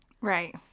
Right